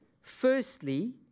Firstly